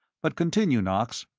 but continue, knox.